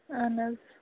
اَہَن حظ